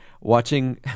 watching